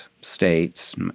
states